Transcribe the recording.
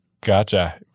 Gotcha